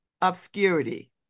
obscurity